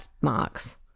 marks